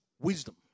wisdom